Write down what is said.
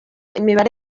imibare